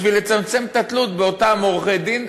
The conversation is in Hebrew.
בשביל לצמצם את התלות באותם עורכי-דין,